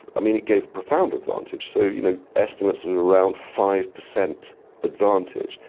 i mean, it gave a profound advantage. so you know estimates of around five percent advantage,